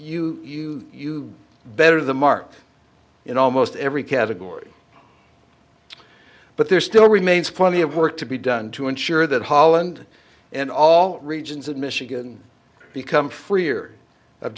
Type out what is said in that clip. you you you better the mark in almost every category but there still remains plenty of work to be done to ensure that holland and all regions of michigan become freer of